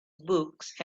books